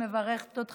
אני מברכת אותך.